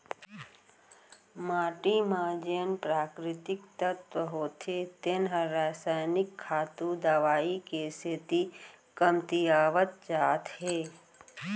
माटी म जेन प्राकृतिक तत्व होथे तेन ह रसायनिक खातू, दवई के सेती कमतियावत जात हे